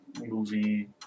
movie